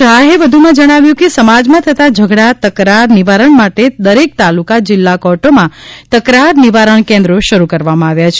શાહે વધુમાં જણાવ્યું છે કે સમાજમાં થતાં ઝઘડા તકરાર નિવારણ માટે દરેક તાલુકા જિલ્લા કોર્ટોમાં તકરાર નિવારણ કેન્દ્રો શરૂ કરવામાં આવ્યા છે